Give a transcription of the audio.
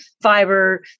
fiber